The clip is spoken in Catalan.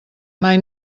mai